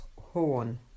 horn